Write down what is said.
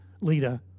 leader